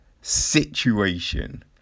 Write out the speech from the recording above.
Situation